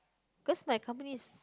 because my company